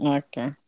okay